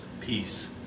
peace